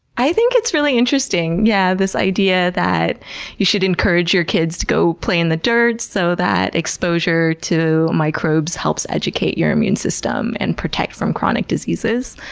i think it's really interesting, yeah this idea that you should encourage your kids to go play in the dirt so that exposure to microbes helps educate your immune system and protect from chronic diseases.